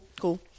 Cool